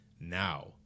now